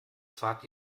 fahrt